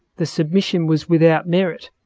the submission was without merit.